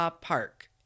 Park